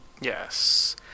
Yes